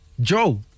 Joe